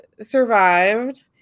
survived